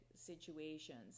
situations